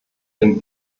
dem